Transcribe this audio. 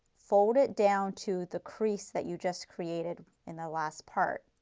fold it down to the crease that you just created in the last part.